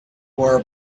wore